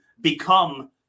become